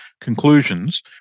conclusions